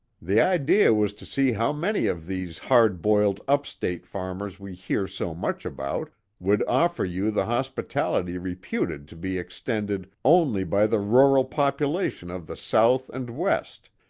the idea was to see how many of these hard-boiled up-state farmers we hear so much about would offer you the hospitality reputed to be extended only by the rural population of the south and west,